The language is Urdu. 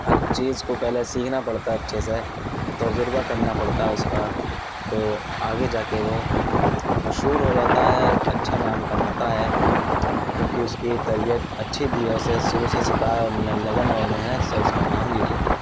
ہر چیز کو پہلے سیکھنا پڑتا ہے اچھے سے تجربہ کرنا پڑتا ہے اس کا تو آگے جا کے وہ مشہور ہو جاتا ہے اچھا نام کماتا ہے کیونکہ اس کی تربیت اچھی دی ہے اسے شروع سے سکھایا ان نے لگن اور محنت سے اس کا نام بھی ہو گیا